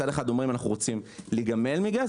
מצד אחד אומרים שאנחנו רוצים להיגמל מגז,